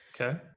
Okay